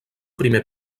primer